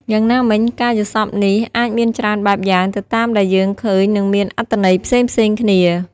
យ៉ាងណាមិញ ការយល់សប្តិនេះអាចមានច្រើនបែបយ៉ាងទៅតាមដែលយើងឃើញនឹងមានអត្ថន័យផ្សេងៗគ្នា។